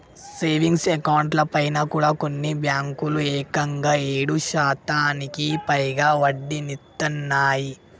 savings అకౌంట్లపైన కూడా కొన్ని బ్యేంకులు ఏకంగా ఏడు శాతానికి పైగా వడ్డీనిత్తన్నయ్